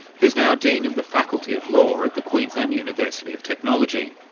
who's now dean of the faculty of law at the queensland university of technology.